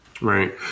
Right